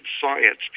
science